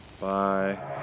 Bye